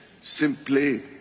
simply